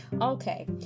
Okay